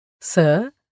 Sir